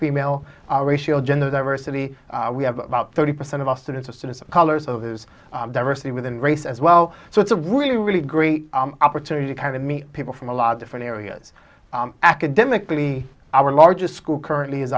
female ratio gender diversity we have about thirty percent of our students a student the colors of his diversity within race as well so it's a really really great opportunity to kind of meet people from a lot of different areas academically our largest school currently is